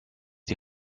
die